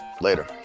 Later